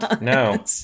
no